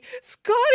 scotty